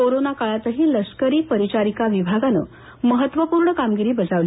corona काळातही लष्करी परिचारिका विभागानं महत्त्वपूर्ण कामगिरी बजावली